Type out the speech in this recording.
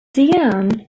diane